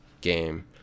game